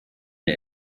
der